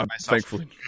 thankfully